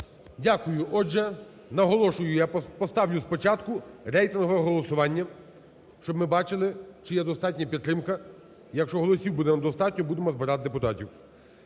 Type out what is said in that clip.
Дякую. Отже, наголошую, я поставлю спочатку рейтингове голосування, щоб ми бачили чи є достатня підтримка. Якщо голосів буде недостатньо, будемо збирати депутатів.